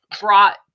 brought